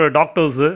doctors